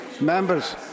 Members